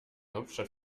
hauptstadt